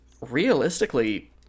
realistically